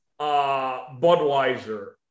Budweiser